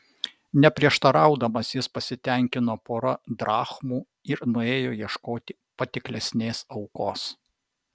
neprieštaraudamas jis pasitenkino pora drachmų ir nuėjo ieškoti patiklesnės aukos